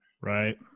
Right